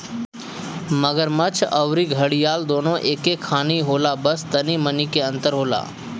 मगरमच्छ अउरी घड़ियाल दूनो एके खानी होला बस तनी मनी के अंतर होला